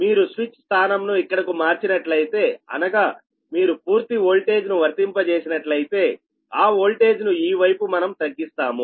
మీరు స్విచ్ స్థానంను ఇక్కడకు మార్చినట్లయితే అనగా మీరు పూర్తి ఓల్టేజ్ ను వర్తింపజేసినట్లయితేఆ వోల్టేజ్ ను ఈ వైపు మనము తగ్గిస్తాము